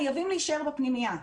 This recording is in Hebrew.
חייבים להישאר בפנימייה.